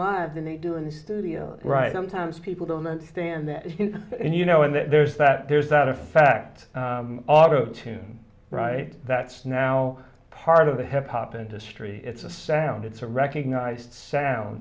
lives and they do in the studio right sometimes people don't understand that and you know and there's that there's not a fact auto tune right that's now part of the hip hop industry it's a sound it's a recognized sound